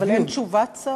אבל אין תשובת שר?